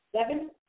Seven